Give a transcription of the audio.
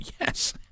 yes